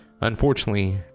Unfortunately